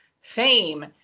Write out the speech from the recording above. fame